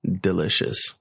delicious